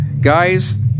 Guys